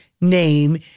name